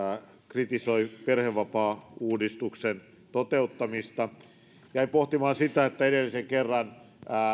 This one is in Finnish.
kritisoi perhevapaauudistuksen toteuttamista jäin pohtimaan sitä että edellisen kerran